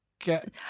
get